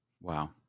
wow